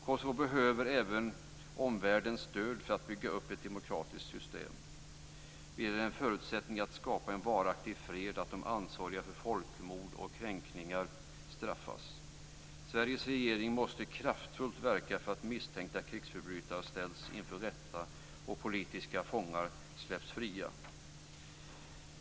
Kosovo behöver även omvärldens stöd för att bygga upp ett demokratiskt system. Vidare är det en förutsättning för att skapa en varaktig fred att de ansvariga för folkmord och kränkningar straffas. Sveriges regering måste kraftfullt verka för att misstänkta krigsförbrytare ställs inför rätta och politiska fångar släpps fria.